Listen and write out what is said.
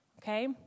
Okay